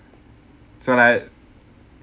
so like